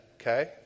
okay